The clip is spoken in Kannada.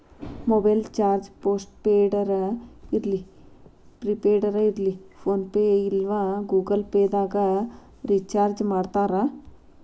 ಮೊಬೈಲ್ ರಿಚಾರ್ಜ್ ಪೋಸ್ಟ್ ಪೇಡರ ಇರ್ಲಿ ಪ್ರಿಪೇಯ್ಡ್ ಇರ್ಲಿ ಫೋನ್ಪೇ ಇಲ್ಲಾ ಗೂಗಲ್ ಪೇದಾಗ್ ರಿಚಾರ್ಜ್ಮಾಡ್ತಾರ